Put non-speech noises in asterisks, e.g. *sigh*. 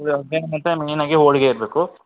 *unintelligible* main ಆಗಿ ಹೋಳಿಗೆ ಇರಬೇಕು